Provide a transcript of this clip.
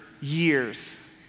years